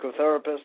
psychotherapist